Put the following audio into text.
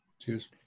Cheers